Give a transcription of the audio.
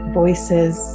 voices